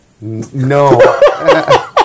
No